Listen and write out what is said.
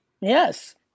Yes